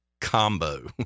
combo